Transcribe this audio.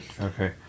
Okay